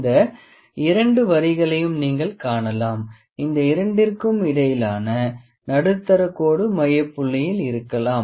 இந்த இரண்டு வரிகளையும் நீங்கள் காணலாம் இந்த இரண்டிற்கும் இடையிலான நடுத்தர கோடு மையப்புள்ளியில் இருக்கலாம்